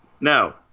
No